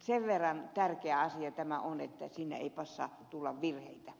sen verran tärkeä asia tämä on ettei siinä passaa tulla virheitä